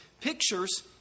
pictures